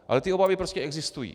Ale ty obavy prostě existují.